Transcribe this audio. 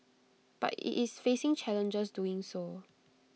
but IT is facing challenges doing so